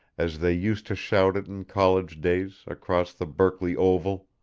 as they used to shout it in college days, across the berkeley oval.